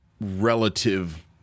relative